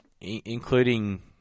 including